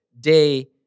day